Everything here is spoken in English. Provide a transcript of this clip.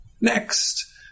next